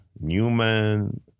Newman